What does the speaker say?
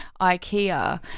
Ikea